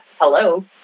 Hello